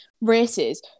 races